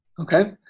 Okay